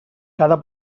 cada